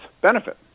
Benefit